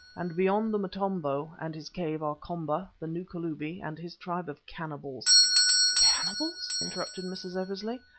and beyond the motombo and his cave are komba, the new kalubi and his tribe of cannibals cannibals! interrupted mrs. eversley,